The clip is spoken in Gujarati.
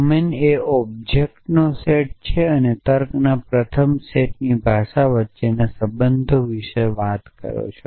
ડોમિન એ ઑબ્જેક્ટ નો સમૂહ છે અને તર્કના પ્રથમ સેટની ભાષા વચ્ચેના સંબંધો વિશે વાત કરો છો